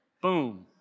boom